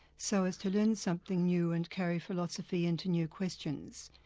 so as to learn something new and carry philosophy into new questions.